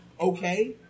okay